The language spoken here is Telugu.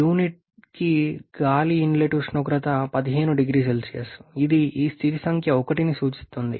యూనిట్కి గాలి ఇన్లెట్ ఉష్ణోగ్రత 15 0C ఇది ఈ స్థితి సంఖ్య 1ని సూచిస్తుంది